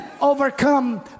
overcome